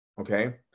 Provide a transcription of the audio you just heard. Okay